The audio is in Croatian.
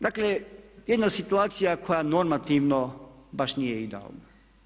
Dakle, jedna situacija koja normativno baš nije idealna.